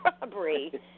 robbery